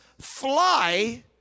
fly